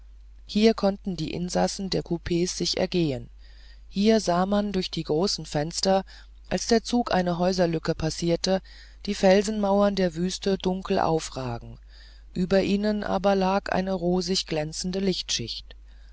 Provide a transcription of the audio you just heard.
hier konnten die insassen der coups sich ergehen hier sah man durch die großen fenster als der zug eine häuserlücke passierte die felsenmauern der wüste dunkel aufragen über ihnen aber lag eine rosig glänzende lichtschicht